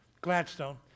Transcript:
Gladstone